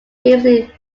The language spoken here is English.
previously